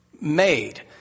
Made